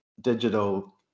digital